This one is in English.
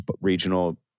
regional